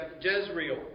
Jezreel